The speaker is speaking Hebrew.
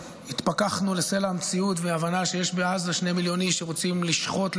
התפכחו לסלע המציאות ולהבנה שיש בעזה שני מיליון איש שרוצים לשחוט,